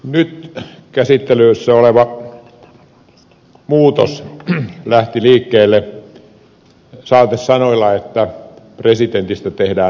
nyt käsittelyssä oleva muutos lähti liikkeelle saatesanoilla että presidentistä tehdään vallaton